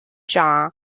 jahn